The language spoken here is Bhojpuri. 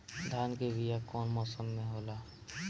धान के बीया कौन मौसम में होला?